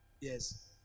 Yes